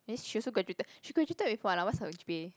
that means she also graduated she graduated with what ah what's her G_P_A